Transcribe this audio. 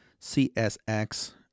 CSX